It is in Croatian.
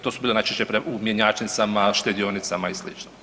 To su bile najčešće u mjenjačnicama, štedionicama i sl.